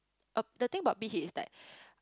uh the thing about Big-Hit is like